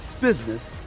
business